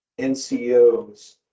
NCO's